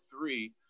three